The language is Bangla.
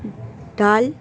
ডাল